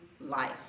life